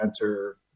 enter